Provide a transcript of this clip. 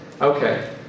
Okay